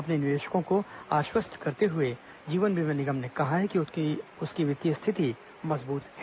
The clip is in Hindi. अपने निवेशकों को आश्वस्त करते हुए जीवन बीमा निगम ने कहा कि उसकी वित्तीय स्थिति मजबूत है